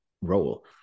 role